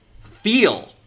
feel